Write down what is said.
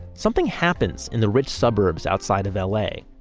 something happens in the rich suburbs outside of l a,